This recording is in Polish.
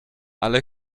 ale